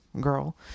girl